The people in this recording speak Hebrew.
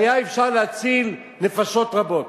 שהיה יכול להציל נפשות רבות.